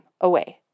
away